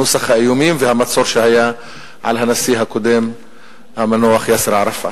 נוסח האיומים והמצור שהיה על הנשיא הקודם המנוח יאסר ערפאת.